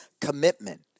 commitment